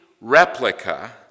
replica